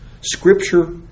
Scripture